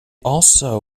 also